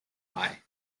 eye